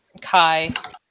Kai